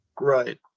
right